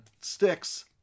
sticks